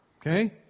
Okay